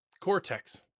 cortex